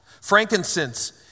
Frankincense